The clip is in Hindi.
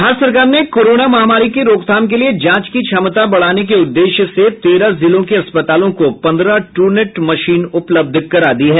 बिहार सरकार ने कोरोना महामारी की रोकथाम के लिए जांच की क्षमता बढ़ाने को उद्देश्य से तेरह जिलों के अस्पतालों को पन्द्रह ट्रूनेट मशीन उपलब्ध करा दी है